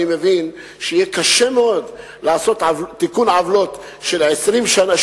אני מבין שיהיה קשה מאוד לתקן עוולות של 20 שנה,